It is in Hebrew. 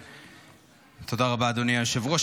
תודה רבה, אדוני היושב-ראש.